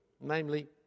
namely